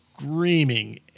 screaming